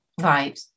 Right